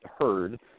heard